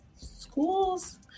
schools